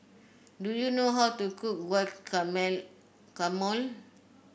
do you know how to cook Guacamole